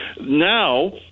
Now